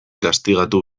gaztigatu